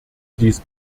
dies